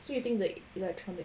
so you think the electronic